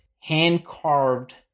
hand-carved